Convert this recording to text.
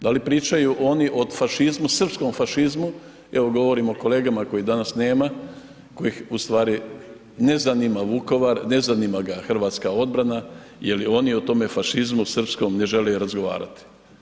Da li pričaju oni o fašizmu, srpskom fašizmu, evo govorim o kolegama kojih danas nema, kojih ustvari ne zanima Vukovar, ne zanima ga hrvatska obrana jer oni o tome fašizmu, srpskom ne žele razgovarati.